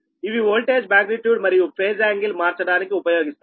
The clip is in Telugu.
ఇవి ఓల్టేజ్ మాగ్నిట్యూడ్ మరియు ఫేజ్ యాంగిల్ మార్చడానికి ఉపయోగిస్తాము